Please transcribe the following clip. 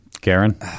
Karen